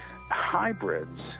Hybrids